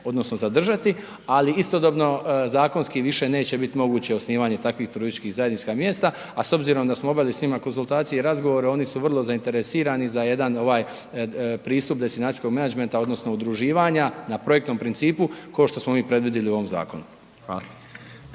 odnosno zadržati, ali istodobno zakonski više neće biti moguće osnivanje takvih turističkih zajednica mjesta, a s obzirom da smo obavili s njima konzultacije i razgovore, oni su vrlo zainteresirani za jedan ovaj pristup destinacijskog menadžmenta odnosno udruživanja kao što smo mi predvidjeli u ovom zakonu.